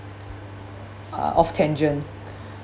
uh off tangent